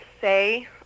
say